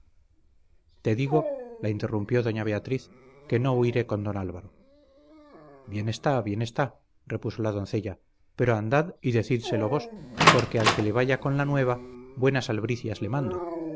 te digo la interrumpió doña beatriz que no huiré con don álvaro bien está bien está repuso la doncella pero andad y decídselo vos porque al que le vaya con la nueva buenas albricias le mando